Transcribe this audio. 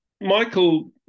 Michael